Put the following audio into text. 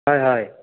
হয় হয়